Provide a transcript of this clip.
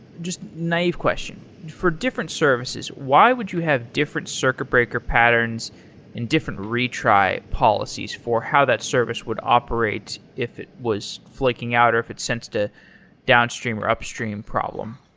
just naive question for different services, why would you have different circuit breaker patterns in different retry policies for how that service would operate if it was flaking out or if it sensed a downstream or upstream problem?